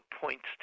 points